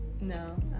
No